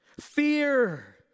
fear